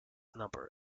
number